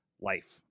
life